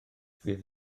fydd